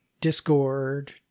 Discord